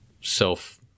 self